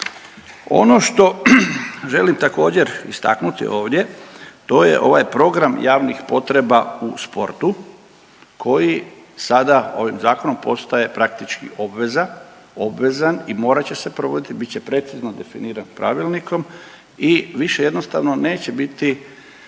Ono što želim također istaknuti ovdje to je ovaj program javnih potreba u sportu koji sada ovim zakonom postaje praktički obveza, obvezan i morat će se provoditi, biti će precizno definiran pravilnikom i više jednostavno neće biti